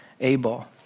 Abel